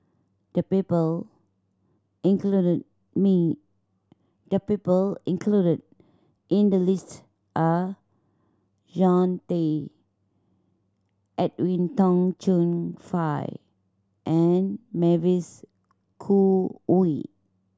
the people included me the people included in the list are Jean Tay Edwin Tong Chun Fai and Mavis Khoo Oei